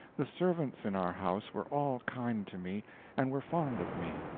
the servants in our house were all kind to me and were fond of me,